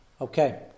Okay